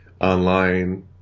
online